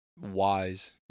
wise